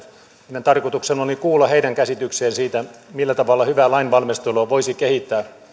tämän tarkoituksena oli kuulla heidän käsityksiään siitä millä tavalla hyvää lainvalmistelua voisi kehittää